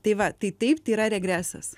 tai va tai taip tai yra regresas